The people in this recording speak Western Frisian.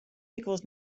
lykwols